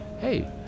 hey